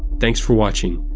thanks for watching.